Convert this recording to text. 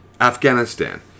Afghanistan